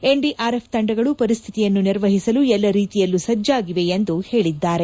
NDRF ತಂಡಗಳು ಪರಿಸ್ಥಿತಿಯನ್ನು ನಿರ್ವಹಿಸಲು ಎಲ್ಲ ರೀತಿಯಲ್ಲೂ ಸಜಾಗಿವೆ ಎಂದು ಹೇಳಿದ್ದಾರೆ